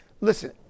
listen